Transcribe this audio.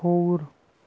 کھووُر